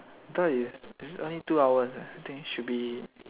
I thought is only two hours should be